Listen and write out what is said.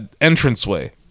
entranceway